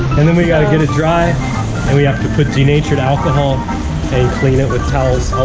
and then we got to get it dry, and we have to put denatured alcohol and clean it with towels